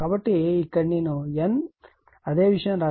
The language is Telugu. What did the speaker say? కాబట్టి ఇక్కడ నేను N అదే విషయం వ్రాసాను